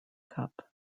cup